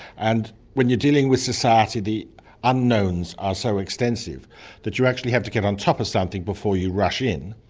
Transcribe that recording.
and when you're dealing with society, the unknowns are so extensive that you actually have to get on top of something before you rush in,